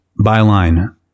Byline